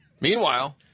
Meanwhile